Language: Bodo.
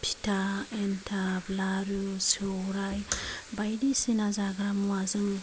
फिथा एन्थाब लारु सौराय बायदिसिना जाग्रा मुवाजों